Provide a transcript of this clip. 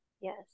Yes